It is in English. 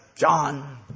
John